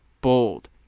bold